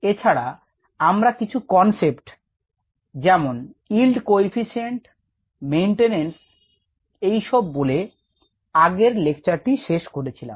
এছাড়া আমরা কিছু কনসেপ্ট যেমন ইল্ড কোইফিশিয়েন্টমেইনটেনেন্স এইসব বলে আগের লেকচারটি শেষ করেছিলাম